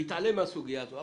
ויתעלם מהסוגיה הזאת.